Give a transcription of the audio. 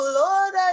lord